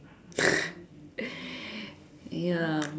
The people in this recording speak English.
ya